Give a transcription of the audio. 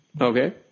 Okay